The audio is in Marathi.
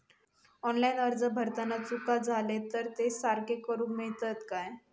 ऑनलाइन अर्ज भरताना चुका जाले तर ते सारके करुक मेळतत काय?